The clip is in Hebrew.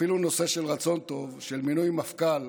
אפילו נושא של רצון טוב של מינוי מפכ"ל